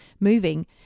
moving